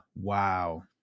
Wow